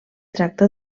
tracta